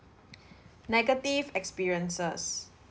negative experiences